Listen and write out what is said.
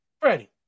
Freddie